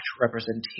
representation